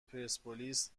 پرسپولیس